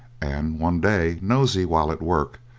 and one day nosey, while at work,